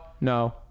no